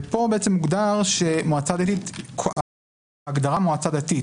ופה מוגדר שההגדרה מועצה דתית,